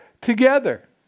together